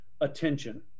attention